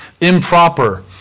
improper